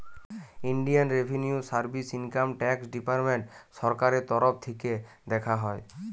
Indian revenue service income tax department সরকারের তরফ থিকে দেখা হয়